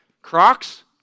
Crocs